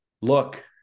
Look